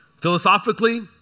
Philosophically